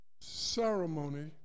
ceremony